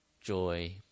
joy